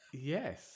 yes